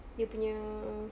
dia punya